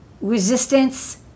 resistance